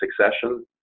succession